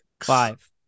Five